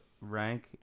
rank